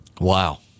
Wow